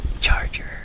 Charger